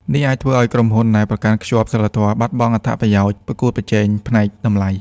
នេះអាចធ្វើឱ្យក្រុមហ៊ុនដែលប្រកាន់ខ្ជាប់សីលធម៌បាត់បង់អត្ថប្រយោជន៍ប្រកួតប្រជែងផ្នែកតម្លៃ។